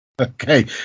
Okay